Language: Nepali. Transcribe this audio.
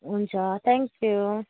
हुन्छ थ्याङ्क्यू